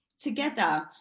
together